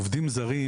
עובדים זרים,